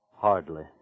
Hardly